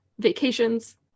Vacations